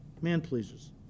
man-pleasers